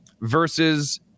versus